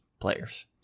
players